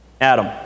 Adam